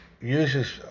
uses